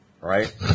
Right